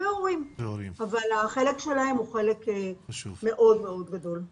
אבל החלק שלהם הוא חלק מאוד מאוד גדול.